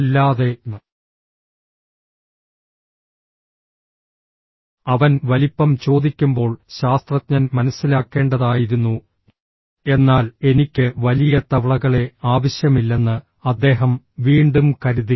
അല്ലാതെ അവൻ വലിപ്പം ചോദിക്കുമ്പോൾ ശാസ്ത്രജ്ഞൻ മനസ്സിലാക്കേണ്ടതായിരുന്നു എന്നാൽ എനിക്ക് വലിയ തവളകളെ ആവശ്യമില്ലെന്ന് അദ്ദേഹം വീണ്ടും കരുതി